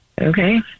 Okay